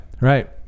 Right